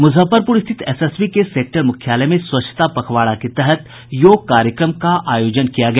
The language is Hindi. मुजफ्फरपुर स्थित एसएसबी के सेक्टर मुख्यालय में स्वच्छता पखवाड़ा के तहत योग कार्यक्रम का आयोजन किया गया